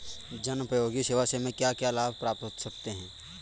जनोपयोगी सेवा से हमें क्या क्या लाभ प्राप्त हो सकते हैं?